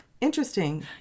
Interesting